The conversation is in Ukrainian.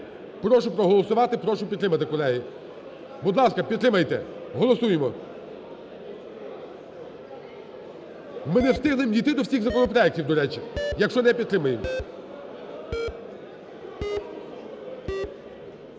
Прошу проголосувати. Прошу підтримати, колеги. Будь ласка, підтримайте. Голосуємо. Ми не встигнем дійти до всіх законопроектів, до речі, якщо не підтримаємо.